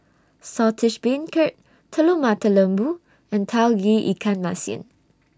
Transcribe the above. Saltish Beancurd Telur Mata Lembu and Tauge Ikan Masin